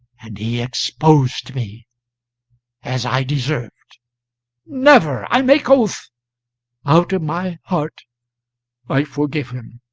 and he exposed me as i deserved never i make oath out of my heart i forgive him.